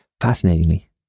Fascinatingly